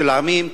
של עמים,